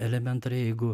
elementariai jeigu